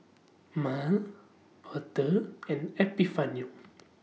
Mal Author and Epifanio